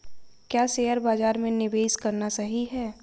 क्या शेयर बाज़ार में निवेश करना सही है?